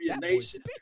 Nation